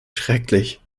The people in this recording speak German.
schrecklich